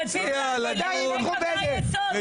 רצינו להבין מה עם קווי היסוד.